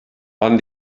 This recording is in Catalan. bon